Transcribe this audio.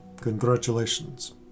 Congratulations